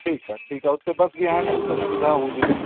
ठीकु आहे ठीकु आहे उते बसि विहण जी त सुविधा हूंदी